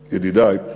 ידידי,